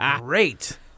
great